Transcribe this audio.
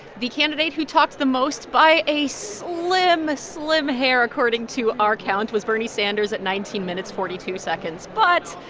the candidate who talks the most by a slim, ah slim hair, according to our count, was bernie sanders at nineteen minutes, forty two seconds. but.